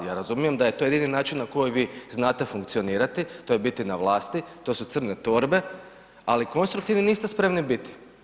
Ja razumijem da je to jedini način na koji vi znate funkcionirati, to je biti na vlasti, to su crne torbe, ali konstruktivni niste spremni biti.